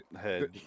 head